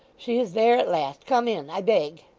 she is there at last! come in, i beg